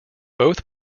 both